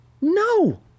No